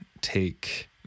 take